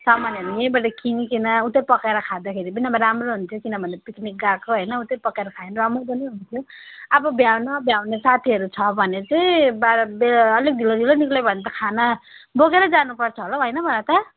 सामानहरू यहीँबाट किनिकन उतै पकाएर खाँदाखेरि पनि अब राम्रै हुन्छ किनभने पिकनिक गएको होइन उतै पकाएर खायो भने रमाइलो पनि हुन्थ्यो अब भ्याउ नभ्याउने साथीहरू छ भने चाहिँ बाह्र अलिक ढिलो ढिलो निक्लियो भने त खाना बोकेरै जानुपर्छ होला हौ होइन भन त